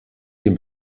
dem